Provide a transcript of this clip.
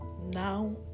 now